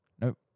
Nope